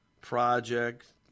project